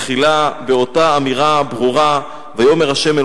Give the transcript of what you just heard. מתחילה באותה אמירה ברורה: "ויאמר ה' אל